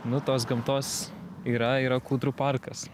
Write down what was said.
nu tos gamtos yra yra kūdrų parkas